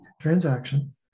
transaction